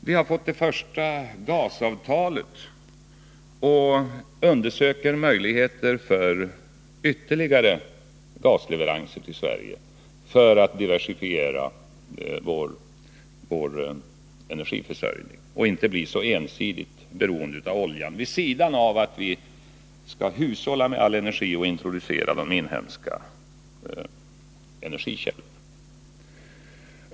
Vi har fått det första Om energipolitinaturgasavtalet och undersöker möjligheterna för ytterligare gasleveranser ken till Sverige, för att diversifiera vår energiförsörjning och inte bli så ensidigt beroende av oljan. Dessa åtgärder är viktiga komplement till hushållningsinsatserna och arbetet med att introducera de inhemska energikällorna.